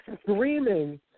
screaming